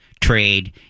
trade